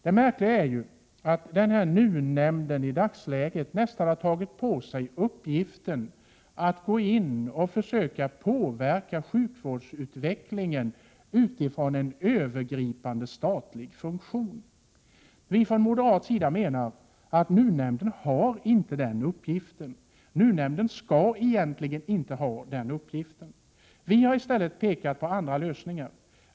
Det märkliga är att NUU-nämnden i dagsläget nästan har tagit på sig uppgiften att påverka sjukvårdsutvecklingen utifrån en övergripande statlig funktion. Från moderat sida menar vi att NUU-nämnden inte har den uppgiften och egentligen inte heller skall ha den uppgiften. Vi har i stället visat på andra lösningar.